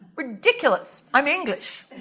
ridiculous, i'm english.